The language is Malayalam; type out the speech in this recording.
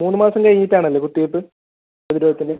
മൂന്ന് മാസം കഴിഞ്ഞിട്ട് ആണല്ലേ കുത്തിവെപ്പ് പ്രതിരോധത്തിന്